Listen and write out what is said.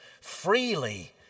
freely